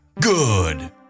Good